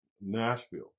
Nashville